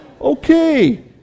okay